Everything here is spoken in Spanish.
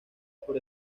por